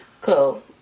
cool